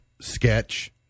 Sketch